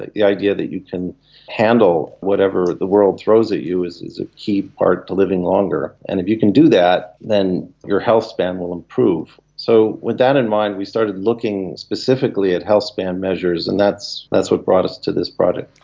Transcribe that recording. the idea that you can handle whatever the world throws at you is is a key part to living longer. and if you can do that, then your health span will improve. so with that in mind we started looking specifically at health span measures and that's that's what brought us to this project.